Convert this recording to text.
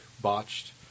Botched